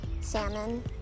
Salmon